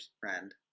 friend